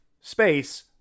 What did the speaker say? space